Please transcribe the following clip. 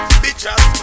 bitches